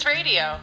Radio